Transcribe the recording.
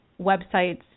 websites